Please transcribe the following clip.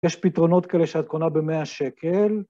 יש פתרונות כאלה שאת קונה במאה שקל.